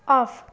off